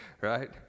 right